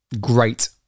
great